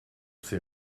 ces